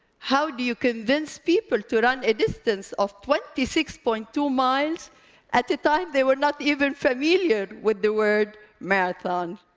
how do you convince people to run a distance of twenty six point two miles at a time they were not even familiar with the word marathon?